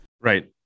Right